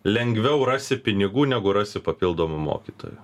lengviau rasi pinigų negu rasi papildomų mokytojų